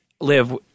live